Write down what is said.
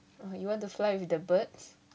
you want to fly with the birds